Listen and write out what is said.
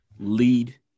Lead